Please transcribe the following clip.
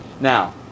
Now